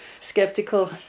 Skeptical